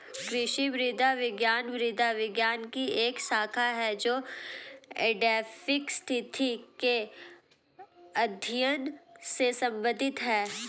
कृषि मृदा विज्ञान मृदा विज्ञान की एक शाखा है जो एडैफिक स्थिति के अध्ययन से संबंधित है